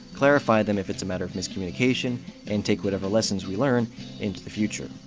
clarify them if it's a matter of miscommunication and take whatever lessons we learn into the future.